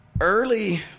early